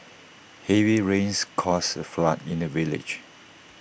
heavy rains caused A flood in the village